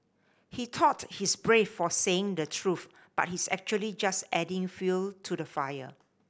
he thought he's brave for saying the truth but he's actually just adding fuel to the fire